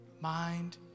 mind